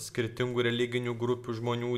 skirtingų religinių grupių žmonių